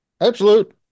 absolute